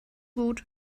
gut